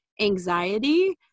anxiety